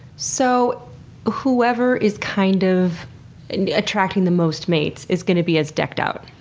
so whoever is kind of and attracting the most mates is going to be as decked out?